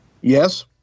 Yes